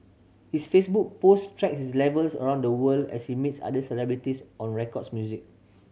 his Facebook post track his travels around the world as he meets other celebrities on records music